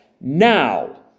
Now